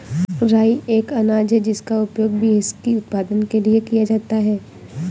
राई एक अनाज है जिसका उपयोग व्हिस्की उत्पादन के लिए किया जाता है